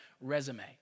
resume